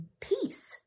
peace